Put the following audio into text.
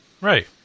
right